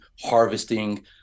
harvesting